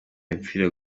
bapfira